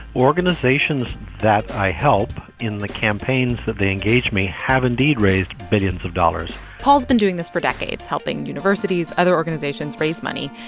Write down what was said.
organizations that i help in the campaigns that they engage me have, indeed, raised billions of dollars paul's been doing this for decades helping universities, other organizations raise money.